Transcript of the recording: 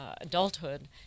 adulthood